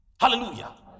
Hallelujah